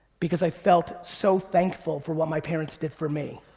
because i felt so thankful for what my parents did for me.